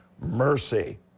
mercy